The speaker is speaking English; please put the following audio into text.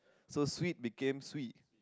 so sweet became swee